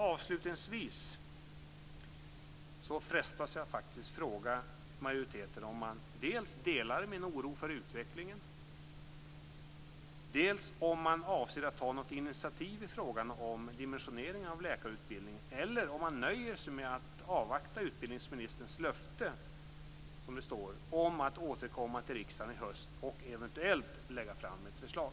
Avslutningsvis frestas jag fråga majoriteten om man dels delar min oro för utvecklingen, dels avser att ta något initiativ i frågan om dimensioneringen av läkarutbildningen, eller om man nöjer sig med att avvakta utbildningsministerns löfte, som det står, att återkomma till riksdagen i höst och eventuellt lägga fram ett förslag.